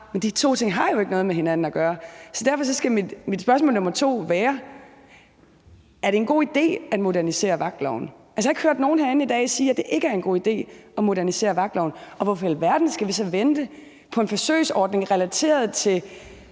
De to ting har jo ikke noget med hinanden at gøre. Derfor skal mit spørgsmål nr. 2 være: Er det en god idé at modernisere vagtloven? Altså, jeg har ikke hørt nogen herinde i dag sige, at det ikke er en god idé at modernisere vagtloven. Hvorfor i alverden skal vi så vente på en forsøgsordning relateret til